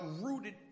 rooted